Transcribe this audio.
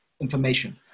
information